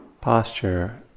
posture